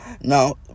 Now